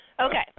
Okay